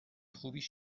خوبیش